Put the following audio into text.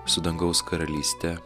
su dangaus karalyste